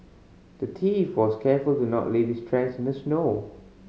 the thief was careful to not leave his tracks in the snow